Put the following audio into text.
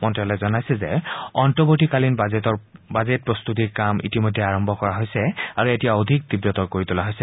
মন্ত্যালয়ে জনাইছে যে অন্তৱৰ্তীকালীন বাজেটৰ প্ৰস্ততিৰ কাম ইতিমধ্যে আৰম্ভ কৰা হৈছে আৰু এতিয়া অধিক তীৱতৰ কৰি তোলা হৈছে